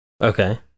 Okay